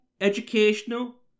educational